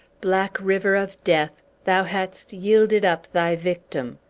black river of death, thou hadst yielded up thy victim!